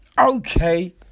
okay